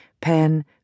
Pen